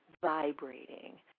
vibrating